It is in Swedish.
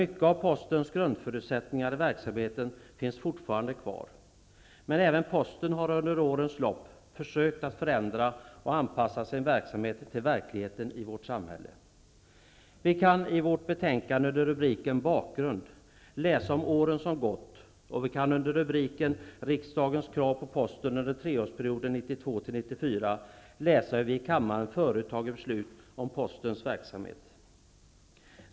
Mycket av postens grundförutsättningar i verksamheten finns fortfarande kvar, men även posten har under årens lopp försökt att förändra och anpassa sin verksamhet till verkligheten i vårt samhälle. I vårt betänkande kan vi, under rubriken Bakgrund, läsa om åren som gått och vi kan under rubriken Riksdagens krav på posten under treårsperioden 1992--1994 läsa hur vi i kammaren förut tagit beslut om postens verksamhet.